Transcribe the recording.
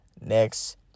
next